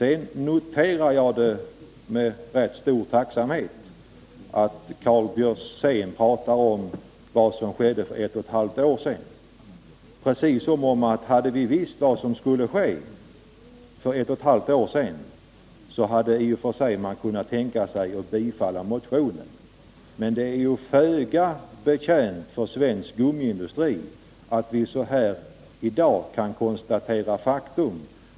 Jag noterade med rätt stor tacksamhet att Karl Björzén talade om vad som skedde för ett och ett halvt år sedan, precis som om han menade: Hade vi då vetat vad som skulle komma att ske, hade vi i och för sig kunnat tänka oss att bifalla motionen. Men svensk gummiindustri är ju föga betjänt av att vi i dag kan konstatera faktum.